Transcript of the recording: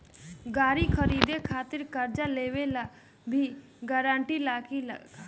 गाड़ी खरीदे खातिर कर्जा लेवे ला भी गारंटी लागी का?